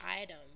item